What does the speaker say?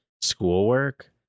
schoolwork